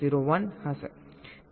01 હશે